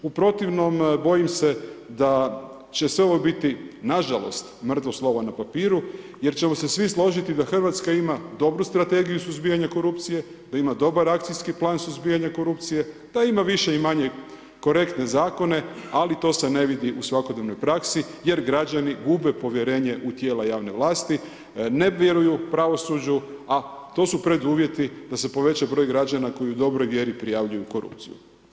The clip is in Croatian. U protivnom bojim se da će sve ovo biti, nažalost, mrtvo slovo na papiru jer ćemo se svi složiti da Hrvatska ima dobru strategiju suzbijanja korupcije, da ima dobar akcijski plan suzbijanja korupcije, da ima više i manje korektne zakone, ali to se ne vidi u svakodnevnoj praksi jer građani gube povjerenje u tijela javne vlasti, ne vjeruju pravosuđu, a to su preduvjeti da se poveća broj građana koji u dobroj vjeri prijavljuju korupciju.